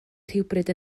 rhywbryd